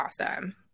awesome